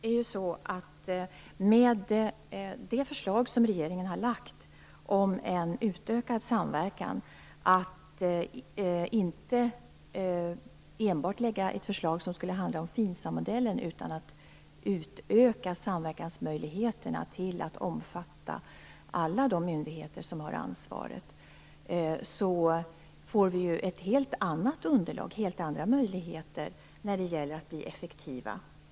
Fru talman! Med det förslag som regeringen har lagt om en utökad samverkan, att inte enbart lägga ett förslag som handlar om FINSAM-modellen utan utöka samverkansmöjligheterna till att omfatta alla de myndigheter som har ansvaret, får vi ju ett helt annat underlag och helt andra möjligheter när det gäller att bli effektiva.